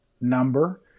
number